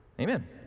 Amen